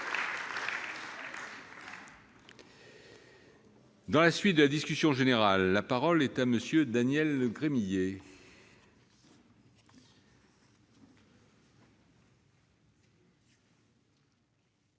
Dans la suite de la discussion générale, la parole est à M. Daniel Gremillet.